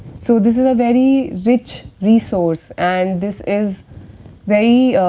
so, this is a very rich resource and this is very